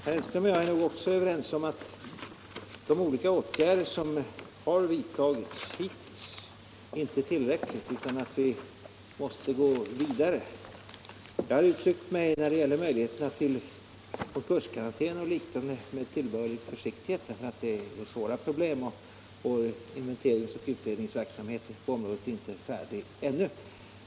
Herr Hellström och jag är också överens om att de olika åtgärder som har vidtagits hittills inte är tillräckliga utan att vi måste gå vidare. Jag har uttryckt mig med tillbörlig försiktighet när det gäller möjligheterna till konkurskarantän och liknande därför att det är svåra problem och inventeringsoch utredningsverksamheten på området ännu inte är färdig.